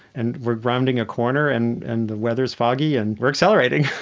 and we're rounding a corner and and the weather is foggy and we're accelerating.